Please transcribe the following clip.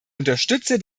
unterstütze